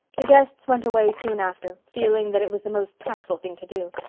the guests went away soon after, feeling that it was the most tactful thing to do,